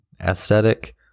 aesthetic